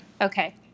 Okay